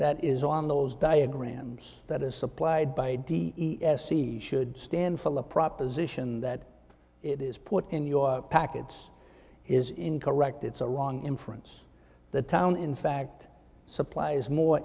that is on those diagrams that is supplied by d e s c should stand for the proposition that it is put in your packets is incorrect it's a wrong inference that town in fact supplies more